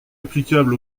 applicable